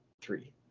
three